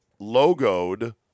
logoed